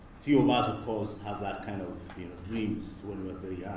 few of us, of course, have that kind of dreams when we're